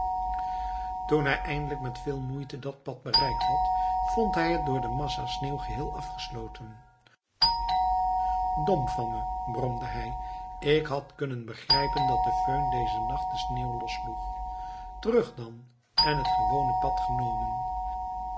toen hij eindelijk met veel moeite dat pad bereikt had vond hij het door de massa's sneeuw geheel afgesloten dom van me bromde hij ik had kunnen begrijpen dat de föhn dezen nacht de sneeuw los sloeg terug dan en het gewone pad genomen